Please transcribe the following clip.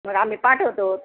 मग आम्ही पाठवतो